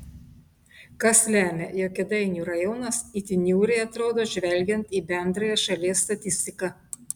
kas lemia jog kėdainių rajonas itin niūriai atrodo žvelgiant į bendrąją šalies statistiką